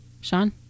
Sean